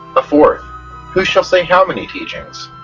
a fourth who shall say how many teachings.